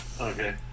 Okay